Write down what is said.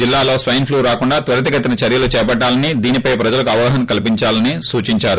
జిల్లాలో స్ప్రెన్ప్లూ రాకుండా త్వరితగతిన చర్యలు పట్టాలని దీనిపై ప్రజలకు అవగాహన కల్పించాలని సూచించారు